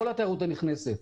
כל התיירות הנכנסת,